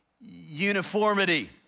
uniformity